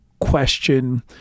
question